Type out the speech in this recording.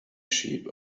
sheep